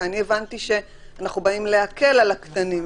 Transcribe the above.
כי אני הבנתי שאנחנו באים להקל על הקטנים,